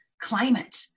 climate